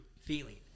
feeling